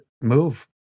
move